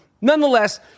Nonetheless